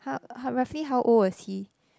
how how roughly how old was he